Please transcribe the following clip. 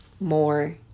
more